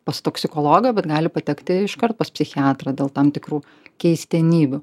pas toksikologą bet gali patekti iškart pas psichiatrą dėl tam tikrų keistenybių